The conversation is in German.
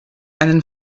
einen